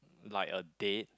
like a day